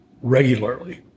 regularly